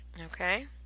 okay